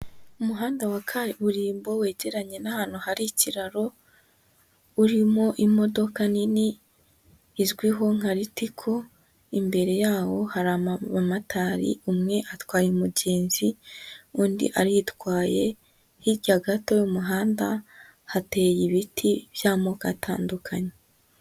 Umuhanda wa kaburimbo wegeranye n'ahantu hari ikiraro, urimo imodoka nini izwiho nka Ritiko, imbere yaho hari abamotari umwe atwaye umugenzi, undi aritwaye, hirya gato y'umuhanda hateye ibiti by'amoko atandukanye.